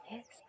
Yes